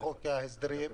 בחוק ההסדרים.